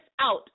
out